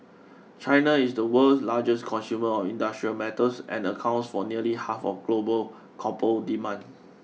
China is the world's largest consumer of industrial metals and accounts for nearly half of global copper demand